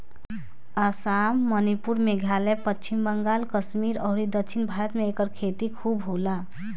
आसाम, मणिपुर, मेघालय, पश्चिम बंगाल, कश्मीर अउरी दक्षिण भारत में एकर खेती खूब होला